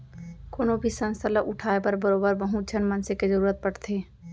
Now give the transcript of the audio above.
कोनो भी संस्था ल उठाय बर बरोबर बहुत झन मनसे के जरुरत पड़थे